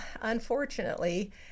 unfortunately